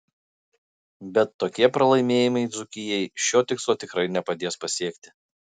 bet tokie pralaimėjimai dzūkijai šio tikslo tikrai nepadės pasiekti